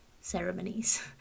ceremonies